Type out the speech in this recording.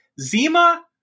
Zima